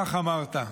כך אמרת.